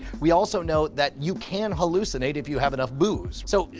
we also know that you can hallucinate if you have enough booze. so,